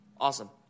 Awesome